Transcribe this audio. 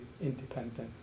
independent